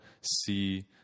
see